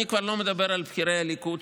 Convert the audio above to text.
ואני כבר לא מדבר על בכירי הליכוד,